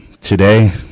today